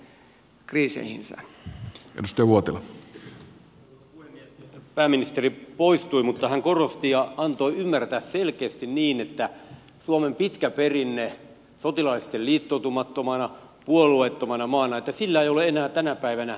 tästä pääministeri poistui mutta hän korosti ja antoi ymmärtää selkeästi niin että vaikka suomella on pitkä perinne sotilaallisesti liittoutumattomana puolueettomana maana sillä ei ole enää tänä päivänä arvoa